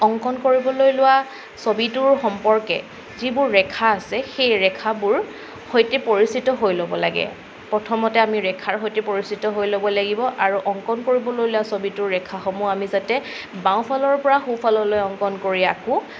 অংকন কৰিবলৈ লোৱা ছবিটোৰ সম্পৰ্কে যিবোৰ ৰেখা আছে সেই ৰেখাবোৰ সৈতে পৰিচিত হৈ ল'ব লাগে প্ৰথমতে আমি ৰেখাৰ সৈতে পৰিচিত হৈ ল'ব লাগিব আৰু অংকন কৰিবলৈ লোৱা ছবিটোৰ ৰেখাসমূহ আমি যাতে বাওঁফালৰ পৰা সোঁফাললৈ অংকন কৰি আঁকো